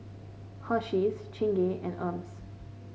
Hersheys Chingay and Hermes